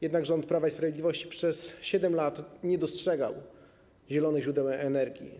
Jednak rząd Prawa i Sprawiedliwości przez 7 lat nie dostrzegał zielonych źródeł energii.